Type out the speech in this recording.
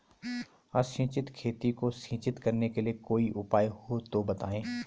असिंचित खेती को सिंचित करने के लिए कोई उपाय हो तो बताएं?